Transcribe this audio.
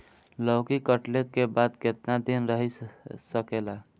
लौकी कटले के बाद केतना दिन रही सकेला?